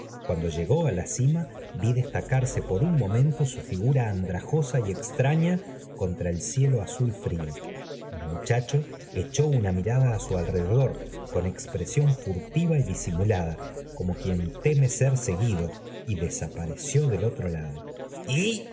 cuando llegó á la cima vi destacarse por un momento su figura andrajosa y extraña contra el r cielo azul frío el muchacho echó una mirada á su alrededor con expresión furtiva y disimulada eoi xno quien teme ser seguido y desapareció del otro jalado y